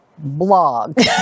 Blog